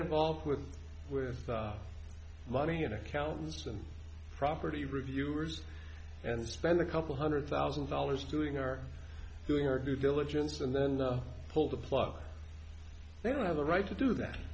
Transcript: involved with without money and accountants and property reviewers and spend a couple hundred thousand dollars doing are doing our due diligence and then they'll pull the plug they don't have the right to do that